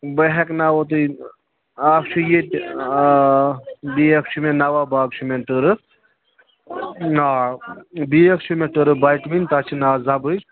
بہٕ ہٮ۪کہٕ ناوہو تُہۍ اَکھ چھُ ییٚتہِ آ بیٛاکھ چھُ مےٚ نَوا باغ چھُ مےٚ ٹٔرٕف آ بیٛاکھ چھِ مےٚ ٹٔرٕف بَٹہٕ وٕنۍ تَتھ چھُ ناو زَبٕج